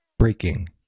Breaking